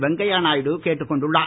வெங்கய்ய நாயுடு கேட்டுக் கொண்டுள்ளார்